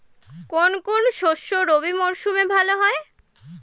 কোন কোন শস্য রবি মরশুমে ভালো হয়?